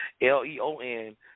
L-E-O-N